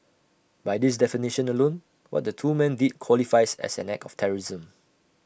by this definition alone what the two men did qualifies as an act of terrorism